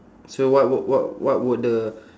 so what would what what would the